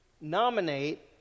nominate